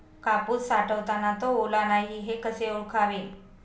कापूस साठवताना तो ओला नाही हे कसे ओळखावे?